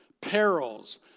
perils